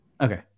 Okay